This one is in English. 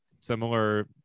similar